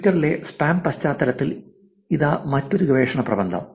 ട്വിറ്ററിലെ സ്പാം പശ്ചാത്തലത്തിൽ ഇതാ മറ്റൊരു ഗവേഷണ പ്രബന്ധം